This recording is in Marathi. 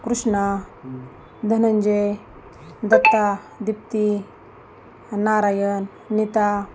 कृष्णा धनंजय दत्ता दिप्ती नारायन नीता